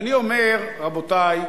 ואני אומר, רבותי,